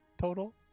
total